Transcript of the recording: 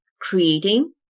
creating